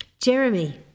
Jeremy